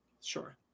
Sure